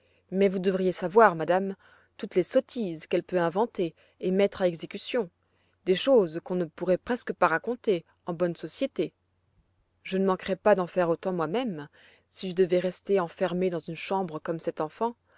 mais vous devriez savoir madame toutes les sottises qu'elle peut inventer et mettre à exécution des choses qu'on ne pourrait presque pas raconter en bonne société je ne manquerais pas d'en faire autant moi-même si je devais rester enfermée dans une chambre comme cette enfant